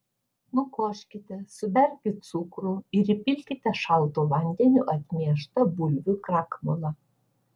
nukoškite suberkit cukrų ir įpilkite šaltu vandeniu atmieštą bulvių krakmolą